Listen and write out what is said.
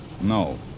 No